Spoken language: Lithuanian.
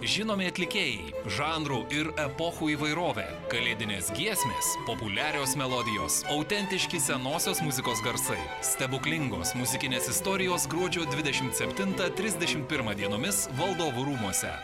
žinomi atlikėjai žanrų ir epochų įvairovė kalėdinės giesmės populiarios melodijos autentiški senosios muzikos garsai stebuklingos muzikinės istorijos gruodžio dvidešimt septintą trisdešimt pirmą dienomis valdovų rūmuose